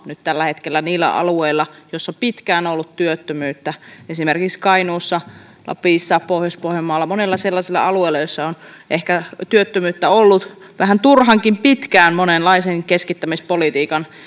nyt tällä hetkellä niillä alueilla joilla on pitkään ollut työttömyyttä esimerkiksi kainuussa lapissa pohjois pohjanmaalla monella sellaisella alueella jolla on ehkä työttömyyttä ollut vähän turhankin pitkään monenlaisen keskittämispolitiikan